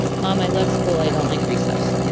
mom, i love school i don't like recess.